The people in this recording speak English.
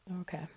Okay